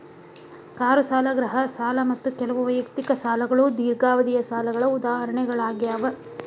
car ಸಾಲ ಗೃಹ ಸಾಲ ಮತ್ತ ಕೆಲವು ವೈಯಕ್ತಿಕ ಸಾಲಗಳು ದೇರ್ಘಾವಧಿಯ ಸಾಲಗಳ ಉದಾಹರಣೆಗಳಾಗ್ಯಾವ